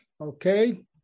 Okay